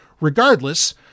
regardless